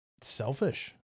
selfish